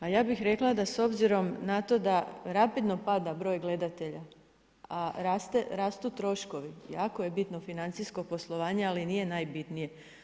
Ali ja bih rekla da s obzirom na to da rapidno pada broj gledatelja, a rastu troškovi jako je bitno financijsko poslovanje, ali nije najbitnije.